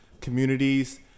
communities